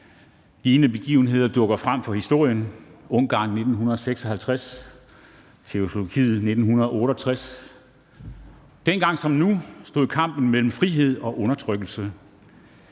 Lignende begivenheder dukker frem fra historien: Ungarn 1956, Tjekkoslovakiet 1968. Dengang som nu stod kampen mellem frihed og undertrykkelse.